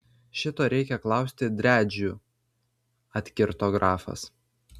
šito reikia klausti driadžių atkirto grafas